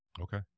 Okay